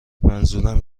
منظورم